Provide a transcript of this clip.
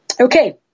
Okay